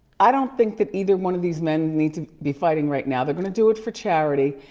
i don't think that either one of these men needs to be fighting right now. they're gonna do it for charity,